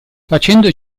facendo